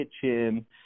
kitchen